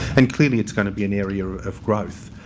and clearly it's going to be an area of growth.